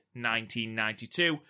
1992